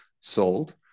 sold